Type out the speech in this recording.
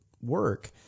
work